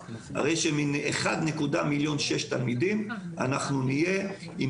כך שמתוך 1.6 מיליון תלמידים נהיה עם